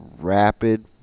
rapid